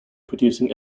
producing